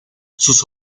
sus